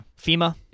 fema